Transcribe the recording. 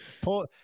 pull